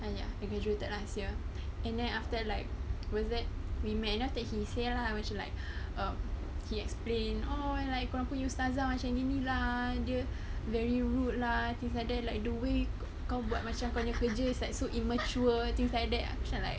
and ya we graduated last year and then after that like was that remind you know that he say lah macam like um he explain oh like kenapa you ustazah macam gini lah dia very rude lah things like that like the way kau buat macam banyak kerja it's like so immature things like that aku macam like